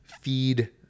feed